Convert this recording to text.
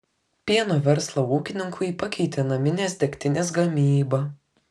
pieno verslą ūkininkui pakeitė naminės degtinės gamyba